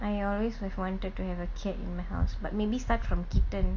I always have wanted to have a cat in my house but maybe start from kitten